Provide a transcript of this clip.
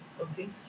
okay